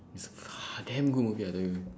it's a damn good movie I tell you